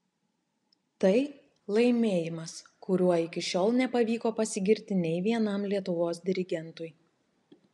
tai laimėjimas kuriuo iki šiol nepavyko pasigirti nei vienam lietuvos dirigentui